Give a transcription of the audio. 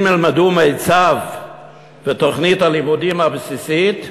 אם ילמדו מיצ"ב ואת תוכנית הלימודים הבסיסית,